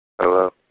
Hello